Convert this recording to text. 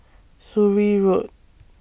Surrey Road